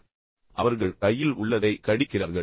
எனவே அவர்கள் கையில் உள்ளதை கடிக்கிறார்கள்